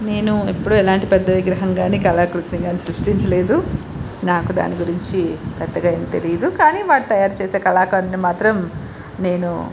నేను ఎప్పుడు ఎలాంటి పెద్ద విగ్రహం కానీ కళాకృతిని కానీ సృష్టించలేదు నాకు దాని గురించి పెద్దగా ఏమీ తెలియదు కానీ వాటిని తయారు చేసే కళాకారుని మాత్రం నేను